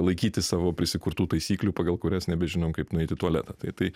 laikytis savo prisikurtų taisyklių pagal kurias nebežinom kaip nueit į tualetą tai tai